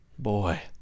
Boy